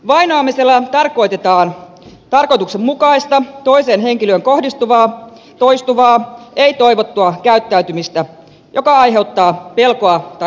vainoamisella tarkoitetaan tarkoituksenmukaista toiseen henkilöön kohdistuvaa toistuvaa ei toivottua käyttäytymistä joka aiheuttaa pelkoa tai ahdistusta